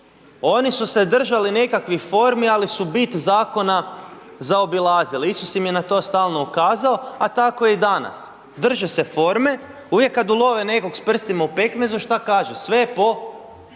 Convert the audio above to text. oni su se držali nekakvih formi, ali su bit zakona zaobilazili, Isus im je na to stalno ukazao, a tako je i danas. Drže se forme, uvijek kad ulove nekog s prstima u pekmezu, šta kaže, sve je po,